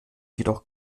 jedoch